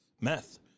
meth